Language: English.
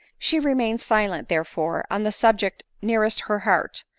she remained silent, therefore, on the subject nearest her heart,